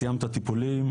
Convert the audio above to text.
כשסיימת טיפולים,